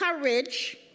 courage